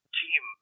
team